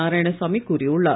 நாராயணசாமி கூறியுள்ளார்